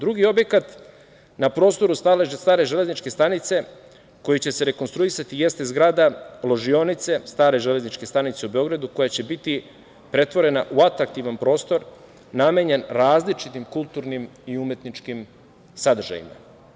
Drugi objekat na prostoru stare Železničke stanice, koji će se rekonstruisati, jeste zgrada ložionice stare Železničke stanice u Beogradu, koja će biti pretvorena u atraktivan prostor namenjen različitim kulturnim i različitim sadržajima.